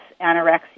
anorexia